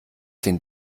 den